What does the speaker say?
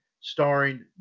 starring